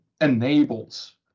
enables